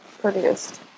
produced